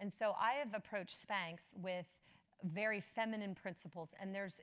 and so i have approached spanx with very feminine principles. and there's